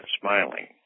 smiling